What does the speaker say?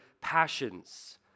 passions